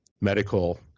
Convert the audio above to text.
medical